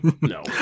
No